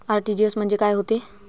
RTGS म्हंजे काय होते?